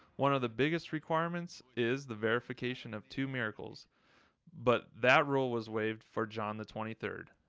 one of the biggest requirements is the verification of two miracles but that rule was waived for john the twenty third.